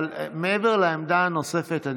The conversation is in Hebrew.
אבל מעבר לעמדה הנוספת,